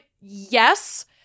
yes